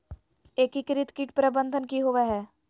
एकीकृत कीट प्रबंधन की होवय हैय?